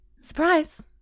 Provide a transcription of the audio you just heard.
surprise